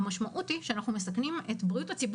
מה שהראו במצגת?